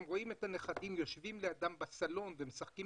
הם רואים את הנכדים יושבים לידם בסלון ומשחקים